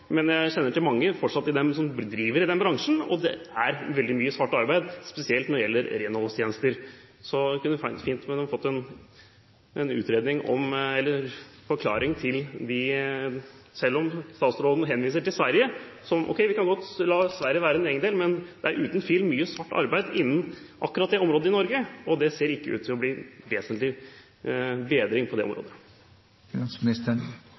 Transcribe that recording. men mine egne erfaringer som daglig leder og styreleder i et lite firma – riktignok for mange år siden, men jeg kjenner fortsatt mange som driver i den bransjen – er at det er veldig mye svart arbeid, spesielt når det gjelder renholdstjenester. Statsråden henviser til Sverige: Ok, vi kan godt la Sverige være en egen del, men det er uten tvil mye svart arbeid innen akkurat det området i Norge, og det ser ikke ut til å bli noen vesentlig bedring på det